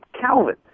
Calvin